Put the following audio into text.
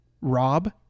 Rob